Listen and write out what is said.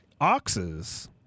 oxes